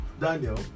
Daniel